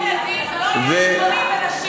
זה גורל ילדים, זה לא עניין של נשים וגברים.